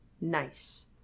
nice